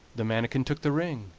the manikin took the ring,